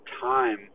time